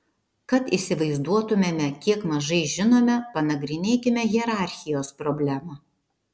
kad įsivaizduotumėme kiek mažai žinome panagrinėkime hierarchijos problemą